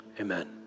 Amen